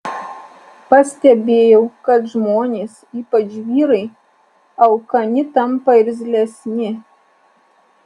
pastebėjau kad žmonės ypač vyrai alkani tampa irzlesni